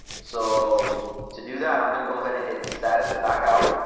so to do that, i'm going to go ahead and hit status to back out,